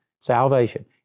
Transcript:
salvation